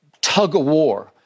tug-of-war